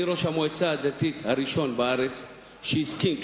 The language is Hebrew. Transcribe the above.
אני ראש המועצה הדתית הראשון בארץ שהסכים.